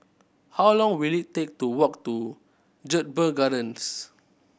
how long will it take to walk to Jedburgh Gardens